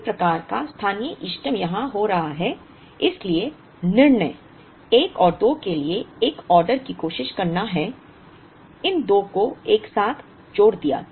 किसी प्रकार का स्थानीय इष्टतम यहां हो रहा है इसलिए निर्णय 1 और 2 के लिए एक आदेश की कोशिश करना है इन 2 को एक साथ जोड़ दिया